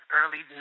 early